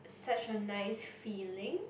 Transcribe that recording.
such a nice feeling